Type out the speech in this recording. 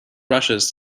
rushes